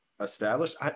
established